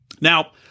Now